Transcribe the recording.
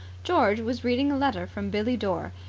george was reading a letter from billie dore,